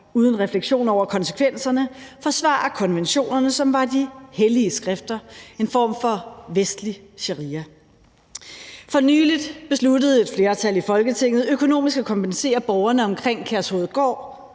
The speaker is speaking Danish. uden refleksion over konsekvenserne forsvarer konventionerne, som var de hellige skrifter, en form for vestlig sharia. For nylig besluttede et flertal i Folketinget økonomisk at kompensere borgerne omkring Kærshovedgård